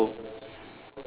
so